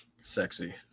sexy